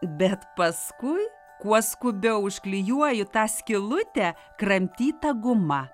bet paskui kuo skubiau užklijuoju tą skylutę kramtyta guma